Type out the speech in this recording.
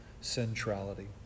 centrality